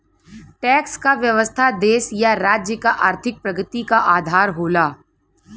tax क व्यवस्था देश या राज्य क आर्थिक प्रगति क आधार होला